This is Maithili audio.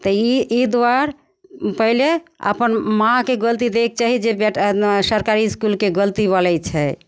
तऽ एहि एहि दुआरे पहिले अपन माँके गलती दैके चाही जे बेटा ने सरकारी इसकुलके गलती बोलै छै